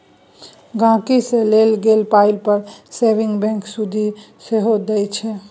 गांहिकी सँ लेल गेल पाइ पर सेबिंग बैंक सुदि सेहो दैत छै